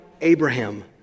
Abraham